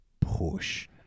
push